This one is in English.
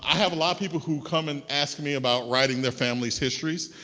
have a lot of people who come and ask me about writing their family's histories.